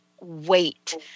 wait